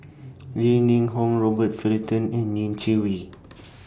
Li Ning Hong Robert Fullerton and Ning Chi Wei